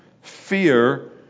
fear